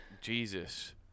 Jesus